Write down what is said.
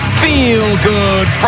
feel-good